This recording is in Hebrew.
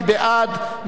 מי בעד,